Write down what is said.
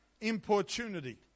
importunity